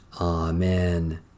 Amen